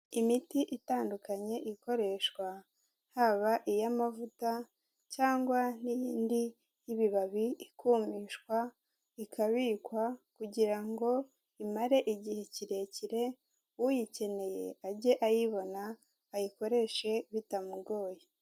Imiti itandukanye ikoreshwa, haba iya mavuta cyangwa n'iyindi y'ibibabi, ikumishwa, ikabikwa kugira ngo imare igihe kirekire, uyikeneye ajye ayibona ayikoreshe bitamugoye.